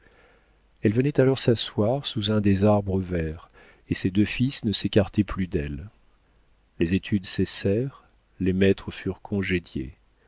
elle venait alors s'asseoir sous un des arbres verts et ses deux fils ne s'écartaient plus d'elle les études cessèrent les maîtres furent congédiés